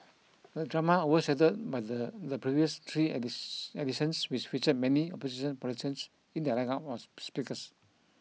the drama overshadowed but the the previous three and this editions which featured many opposition politicians in their lineup of speakers